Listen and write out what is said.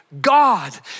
God